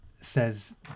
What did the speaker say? says